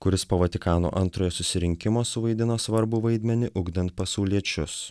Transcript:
kuris po vatikano antrojo susirinkimo suvaidino svarbų vaidmenį ugdant pasauliečius